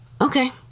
Okay